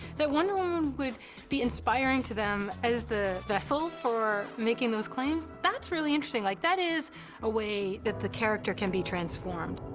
that wonder woman would be inspiring to them as the vessel for making those claims, that's really interesting. like that is a way that the character can be transformed.